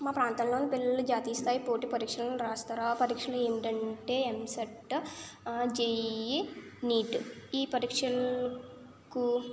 మా ప్రాంతంలోని పిల్లలు జాతీయస్థాయి పోటీ పరీక్షలను వ్రాస్తారు ఆ పరీక్షలు ఏమిటంటే ఎంసెట్ జేఈఈ నీట్ ఈ పరీక్షలకు